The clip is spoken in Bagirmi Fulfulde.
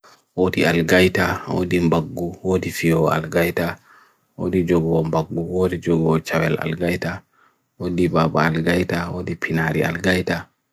Odi al-gayta, odi mbakgu, odi fiyo al-gayta, odi jogo mbakgu, odi jogo chawel al-gayta, odi baba al-gayta, odi pinari al-gayta.